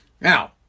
Now